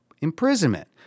imprisonment